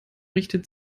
richtet